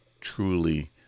truly